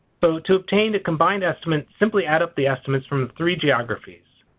so to obtain a combined estimate simply add up the estimates from the three geographies.